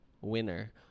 Winner